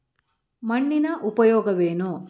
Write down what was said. ಮಣ್ಣಿನ ಉಪಯೋಗವೇನು?